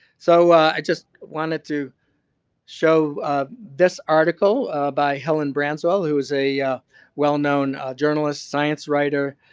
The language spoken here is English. so, i just wanted to show this article by helen branswell, who is a well-known journalist, science writer.